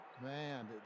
man